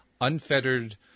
Unfettered